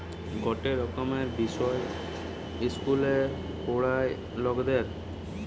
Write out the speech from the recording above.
গটে রকমের বিষয় ইস্কুলে পোড়ায়ে লকদের